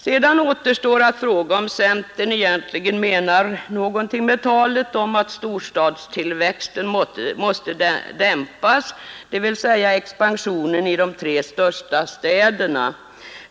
Sedan återstår att fråga, om centern egentligen menar någonting med talet om att storstadstillväxten måste dämpas, dvs. expansionen i de tre största städerna.